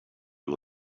you